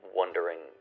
wondering